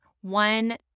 one